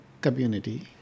community